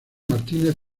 martínez